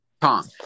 Tom